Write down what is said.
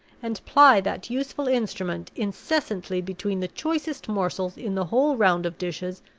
and ply that useful instrument incessantly between the choicest morsels in the whole round of dishes,